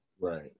Right